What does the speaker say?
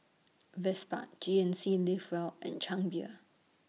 Vespa G N C Live Well and Chang Beer